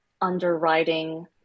underwriting